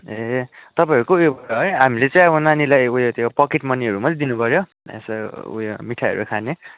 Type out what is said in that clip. ए तपाईँहरूको ऊ योबाट है हामीले चाहिँ नानीलाई ऊ यो त्यो पकेट मनीहरू मात्रै दिनु पऱ्यो यसो ऊ यो मिठाईहरू खाने